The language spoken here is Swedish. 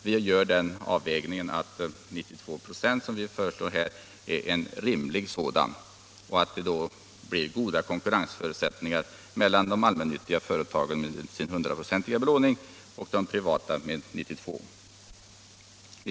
Vi anser att 92 26, som vi föreslår, är en rimlig avvägning och att det då blir goda förutsättningar för konkurrens mellan de allmännyttiga företagen med sin 100-procentiga belåning och de privata företagen med sin 92-procentiga.